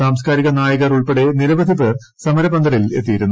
സാംസ്കാരിക നായകർ ഉൾപ്പെടെ നിരവധി പേർ സമരപ്പന്തലിൽ എത്തിയിരുന്നു